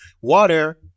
Water